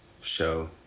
show